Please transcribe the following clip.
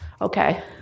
Okay